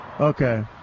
Okay